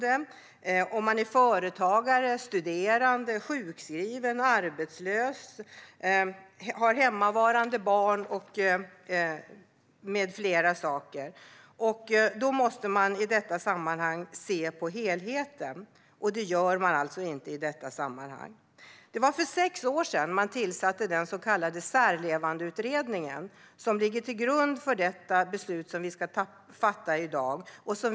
Den ska fungera om man är företagare, studerande, sjukskriven, arbetslös, har hemmavarande barn med mera. Då måste man se på helheten, och det gör man alltså inte i detta sammanhang. För sex år sedan tillsatte alliansregeringen den så kallade Särlevandeutredningen, som ligger till grund för det beslut som vi ska fatta i dag.